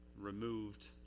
removed